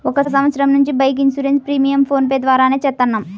ఒక సంవత్సరం నుంచి బైక్ ఇన్సూరెన్స్ ప్రీమియంను ఫోన్ పే ద్వారానే చేత్తన్నాం